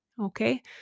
Okay